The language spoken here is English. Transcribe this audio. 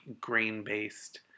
grain-based